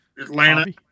Atlanta